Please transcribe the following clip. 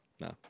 No